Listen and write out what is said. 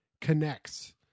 connects